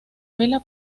vela